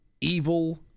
evil